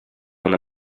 una